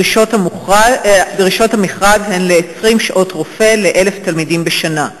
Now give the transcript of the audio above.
דרישות המכרז הן 20 שעות רופא ל-1,000 תלמידים בשנה,